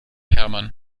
hermann